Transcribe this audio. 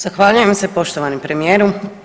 Zahvaljujem se poštovani premijeru.